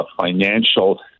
financial